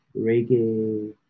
reggae